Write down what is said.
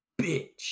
bitch